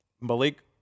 Malik